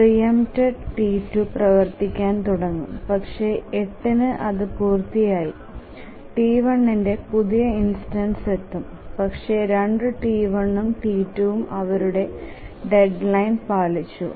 pre empted T2 പ്രവർത്തിക്കാൻ തുടങ്ങും പക്ഷേ 8 ന് അത് പൂർത്തിയായി T1 ന്റെ പുതിയ ഇൻസ്റ്റൻസ് എത്തും പക്ഷേ രണ്ടും T1ഉം T2ഉം അവരുടെ ഡെഡ്ലൈൻ പാലിച്ചു